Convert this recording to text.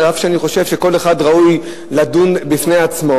אף שאני חושב שכל אחד ראוי להידון בפני עצמו.